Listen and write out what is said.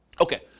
Okay